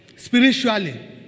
Spiritually